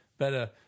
Better